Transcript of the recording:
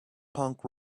punk